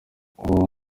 uwo